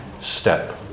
step